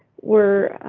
we're